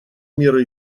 меры